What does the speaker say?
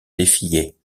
défier